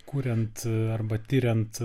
kuriant arba tiriant